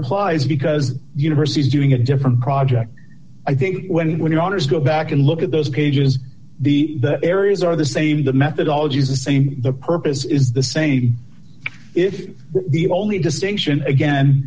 applies because university is doing a different project i think when when your owners go back and look at those cajuns be areas are the same the methodology is the same the purpose is the same if the only distinction again